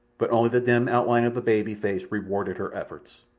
but only the dim outline of the baby face rewarded her efforts.